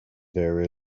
there